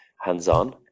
hands-on